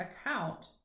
account